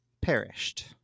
perished